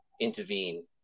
intervene